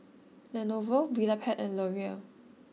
Lenovo Vitapet and L'Oreal